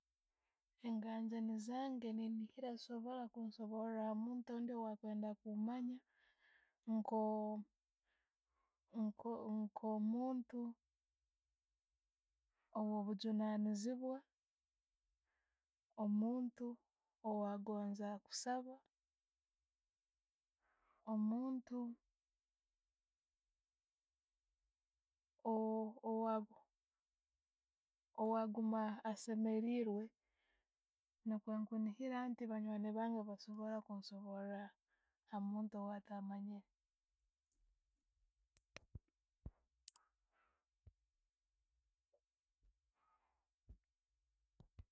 Engajaani zange nengiira nezisobora kunsobora omuntu ondi owakwenda kumanya nko- nko- kumuntu owo'bujunanizibwa, omuntu owagonza kusaaba, omuntu owa- owa- owaguma assemereirwe nugwo nkuniihira ngu banjwani bange nebasobora kusobora ha muntu gwentamanyiire.